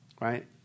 right